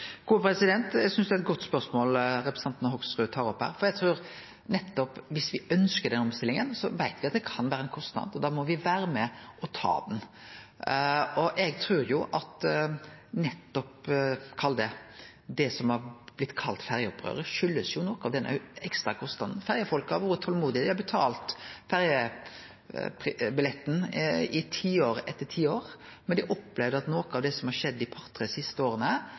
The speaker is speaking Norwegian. Eg synest det er eit godt spørsmål representanten Hoksrud tar opp, for eg trur nettopp at viss me ønskjer den omstillinga, veit me at det kan vere ein kostnad, og da må me vere med og ta den. Eg trur at det som har blitt kalla ferjeopprøret, har si årsak i noko av den ekstra kostnaden. Ferjefolket har vore tolmodig, dei har betalt ferjebilletten i tiår etter tiår, men dei har opplevd at med noko av det som har skjedd dei par-tre siste åra,